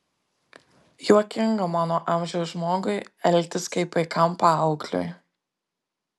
juokinga mano amžiaus žmogui elgtis kaip paikam paaugliui